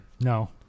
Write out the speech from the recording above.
No